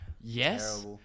yes